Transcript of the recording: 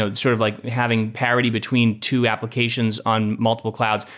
ah sort of like having parity between two applications on multiple clouds,